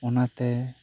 ᱚᱱᱟᱛᱮ